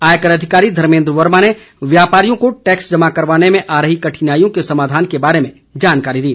आयकर अधिकारी धर्मेद्र वर्मा ने व्यापारियों को टैक्स जमा करवाने में आ रही कठिनाइयों के समाधान के बारे में जानकारी दी